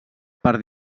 per